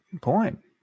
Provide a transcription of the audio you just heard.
point